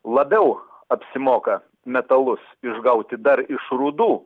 labiau apsimoka metalus išgauti dar iš rūdų